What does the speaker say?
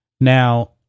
Now